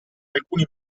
alcuni